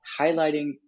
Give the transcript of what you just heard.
highlighting